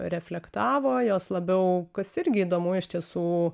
reflektavo jos labiau kas irgi įdomu iš tiesų